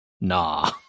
Nah